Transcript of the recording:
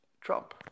Trump